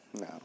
No